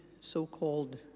so-called